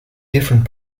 different